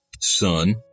son